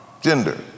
gender